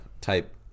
type